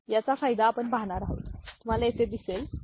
तर त्याचा फायदा आपण पाहणार आहोत तुम्ही इथे दिसेल